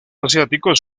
asiáticos